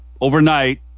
overnight